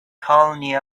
colony